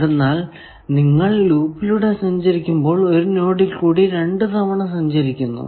എന്തെന്നാൽ നിങ്ങൾ ലൂപ്പിലൂടെ സഞ്ചരിക്കുമ്പോൾ ഒരു നോഡിൽ കൂടി രണ്ടു തവണ സഞ്ചരിക്കുന്നു